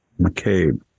McCabe